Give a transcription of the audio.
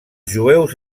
jueus